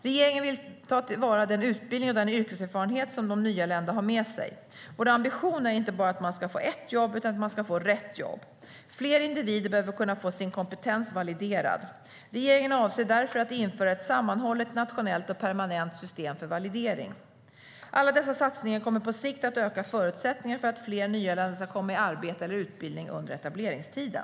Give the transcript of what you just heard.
Regeringen vill ta till vara den utbildning och den yrkeserfarenhet som de nyanlända har med sig. Vår ambition är inte bara att man ska få ett jobb, utan att man ska få rätt jobb. Fler individer behöver kunna få sin kompetens validerad. Regeringen avser därför att införa ett sammanhållet, nationellt och permanent system för validering. Alla dessa satsningar kommer på sikt att öka förutsättningarna för att fler nyanlända ska komma i arbete eller utbildning under etableringstiden.